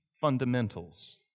fundamentals